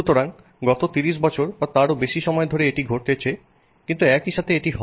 সুতরাং গত ৩০ বছর বা তারও বেশি সময় ধরে এটি ঘটেছেকিন্তু একই সাথে এটি হয়